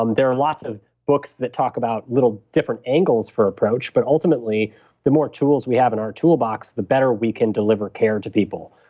um there are lots of books that talk about little different angles for approach, but ultimately the more tools we have in our toolbox, the better can deliver care to people.